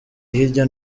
hirya